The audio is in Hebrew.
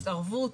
התערבות,